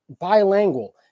bilingual